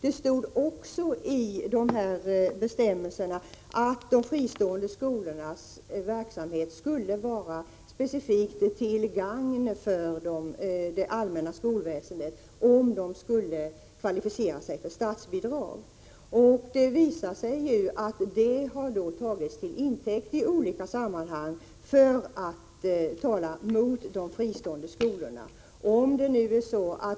Enligt bestämmelserna skulle de fristående skolornas verksamhet vara specifikt till gagn för det allmänna skolväsendet för att de skulle vara kvalificerade för statsbidrag. Det visar sig nu att detta har tagits till intäkt för att i olika sammanhang tala mot de fristående skolorna.